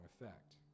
effect